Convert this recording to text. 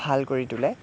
ভাল কৰি তোলে